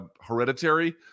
Hereditary